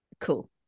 Cool